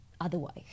otherwise